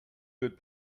good